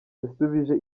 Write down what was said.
yasubije